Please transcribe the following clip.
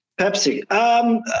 Pepsi